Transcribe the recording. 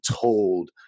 told